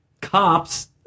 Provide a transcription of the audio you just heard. cops